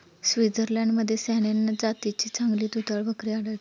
स्वित्झर्लंडमध्ये सॅनेन जातीची चांगली दुधाळ बकरी आढळते